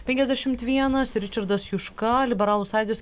penkiasdešimt vienas ričardas juška liberalų sąjūdis